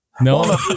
no